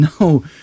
No